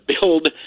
build